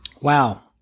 Wow